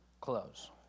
close